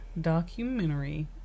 documentary